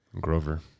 Grover